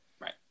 Right